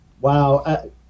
Wow